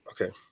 okay